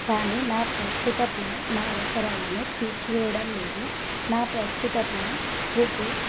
కానీ నా ప్రస్తుత ప్లాన్ నా అవసరాలను తీర్చి వేయడం లేదు నా ప్రస్తుత ప్లాన్ రూపీస్